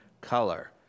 color